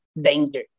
danger